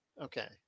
Okay